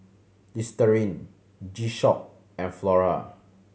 Listerine G Shock and Flora